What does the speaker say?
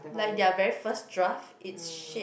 like their very first draft it's shit